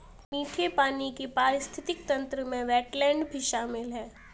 मीठे पानी के पारिस्थितिक तंत्र में वेट्लैन्ड भी शामिल है